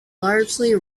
largely